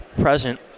present